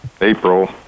April